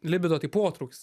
libido tai potraukis